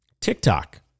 TikTok